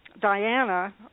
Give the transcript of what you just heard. Diana